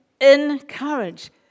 encourage